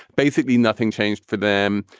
basically nothing changed for them.